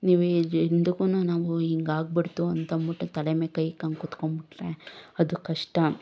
ನೀವು ಎಂದುಕ್ಕೂನು ನಾವು ಹಿಂಗೆ ಆಗಿಬಿಡ್ತು ಅಂತಂದ್ಬಿಟ್ಟು ತಲೆ ಮೇಲೆ ಕೈ ಇಟ್ಕೊಂಡು ಕೂತ್ಕೊಂ ಬಿಟ್ರೆ ಅದು ಕಷ್ಟ